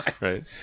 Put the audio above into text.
Right